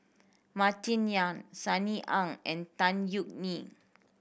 Martin Yan Sunny Ang and Tan Yeok Nee